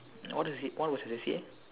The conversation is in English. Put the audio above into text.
what was it what was your C_C_A